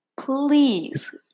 please